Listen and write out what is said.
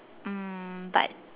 um but